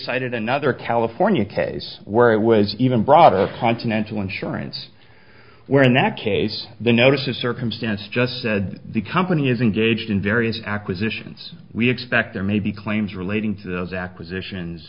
cited another california case where it was even brought up continental insurance where in that case the notice of circumstance just said the company is engaged in various acquisitions we expect there may be claims relating to those acquisitions